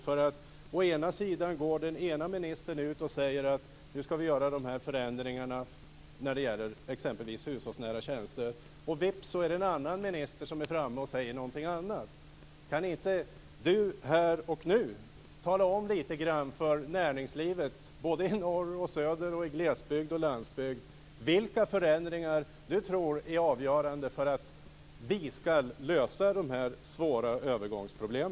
Först går den ena ministern ut och säger: Nu skall vi göra de här förändringarna, exempelvis när det gäller hushållsnära tjänster. Vips är en annan minister framme och säger någonting annat. Kan inte Reynoldh Furustrand här och nu tala om lite grann för näringslivet i norr, i söder, i glesbygd och i landsbygd vilka förändringar han tror är avgörande för att vi skall lösa dessa svåra övergångsproblem.